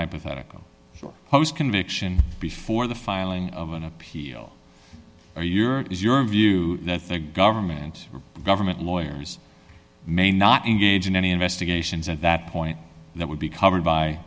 hypothetical post conviction before the filing of an appeal or your is your view that the government government lawyers may not engage in any investigations at that point that would be covered by